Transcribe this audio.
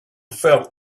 felt